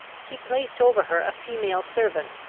he placed over her a female servant,